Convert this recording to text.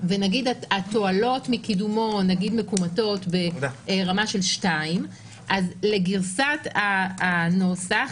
והתועלות מקידומו מכומתות ברמה של 2 אז לגרסת הנוסח,